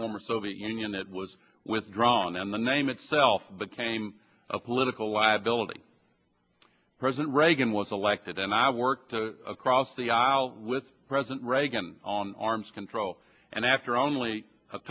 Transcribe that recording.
former soviet union it was withdrawn and the name itself became a political liability president reagan was elected and i worked across the aisle with president reagan on arms control and after only a